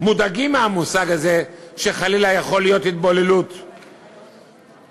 מודאגים מהמושג הזה שחלילה יכולה להיות התבוללות בעם.